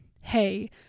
hey